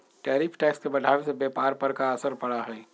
tariff tax के बढ़ावे से व्यापार पर का असर पड़ा हई